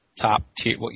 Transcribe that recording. top-tier